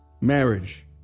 Marriage